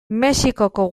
mexikoko